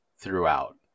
throughout